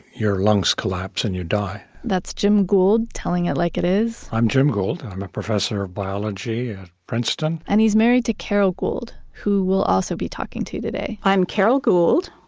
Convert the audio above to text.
your lungs collapsed and you die that's jim gould, telling it like it is i'm jim gould and i'm a professor of biology at princeton and he's married to carol gould who will also be talking to you today i'm carol gould.